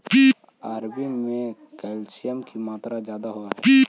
अरबी में कैल्शियम की मात्रा ज्यादा होवअ हई